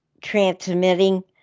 transmitting